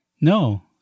No